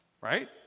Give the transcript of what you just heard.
right